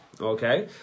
okay